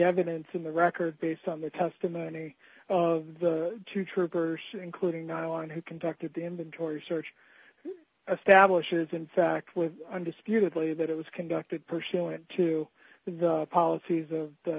evidence in the record based on the testimony of the two troopers including not on who conducted the inventory search stablish is in fact with undisputedly that it was conducted pursuant to the policies of